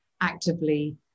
actively